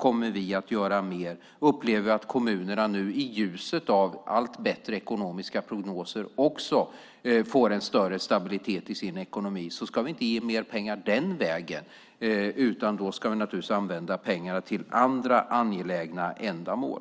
kommer vi att göra mer. Om vi upplever att kommunerna i ljuset av allt bättre ekonomiska prognoser får större stabilitet i sina ekonomier ska vi inte ge mer pengar den vägen, utan då ska vi naturligtvis använda pengarna till andra angelägna ändamål.